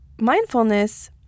mindfulness